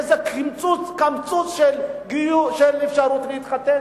איזה קמצוץ של אפשרות להתחתן.